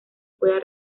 pueda